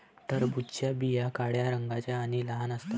टरबूजाच्या बिया काळ्या रंगाच्या आणि लहान असतात